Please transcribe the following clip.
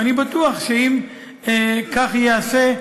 ואני בטוח שאם כך ייעשה,